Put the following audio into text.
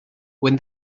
when